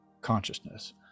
consciousness